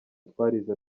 twarize